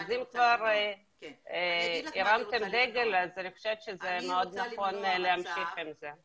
אז אם כבר הרמתם דגל אני חושבת שזה מאוד נכון להמשיך עם זה.